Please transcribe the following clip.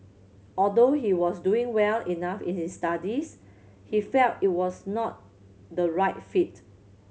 although he was doing well enough in his studies he felt it was not the right fit